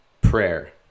prayer